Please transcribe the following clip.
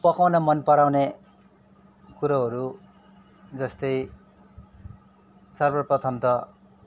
पकाउन मन पराउने कुरोहरू जस्तै सर्वप्रथम त